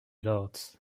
lords